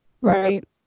right